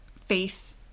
faith